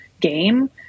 game